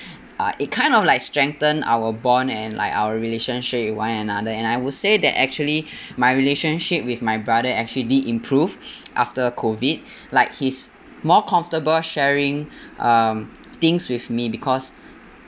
uh it kind of like strengthen our bond and like our relationship with one another and I would say that actually my relationship with my brother actually did improve after COVID like he's more comfortable sharing um things with me because